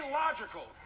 logical